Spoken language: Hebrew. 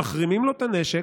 מחרימים לו את הנשק,